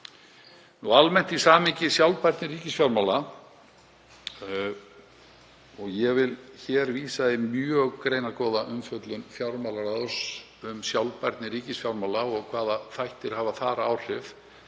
Þá almennt um samhengi sjálfbærni ríkisfjármála. Ég vil vísa í mjög greinargóða umfjöllun fjármálaráðs um sjálfbærni ríkisfjármála og hvaða þættir hafa þar áhrif